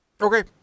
Okay